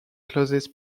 closest